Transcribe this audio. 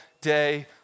day